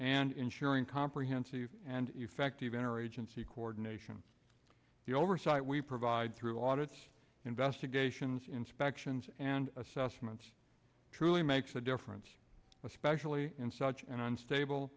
and ensuring comprehensive and effective inner agency coordination the oversight we provide through on its investigations inspections and assessments truly makes a difference especially in such an unstable